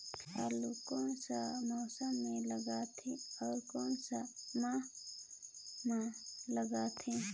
आलू कोन सा मौसम मां लगथे अउ कोन सा माह मां लगथे?